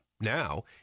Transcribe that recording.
Now